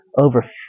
over